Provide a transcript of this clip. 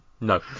No